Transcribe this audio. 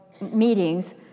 meetings